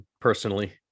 personally